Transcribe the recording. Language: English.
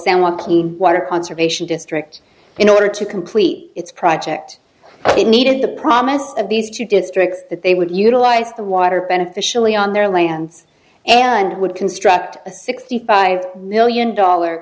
joaquin water conservation district in order to complete its project it needed the promise of these two districts that they would utilize the water beneficially on their lands and would construct a sixty five million dollar